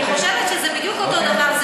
אני חושבת שזה בדיוק אותו דבר.